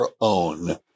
own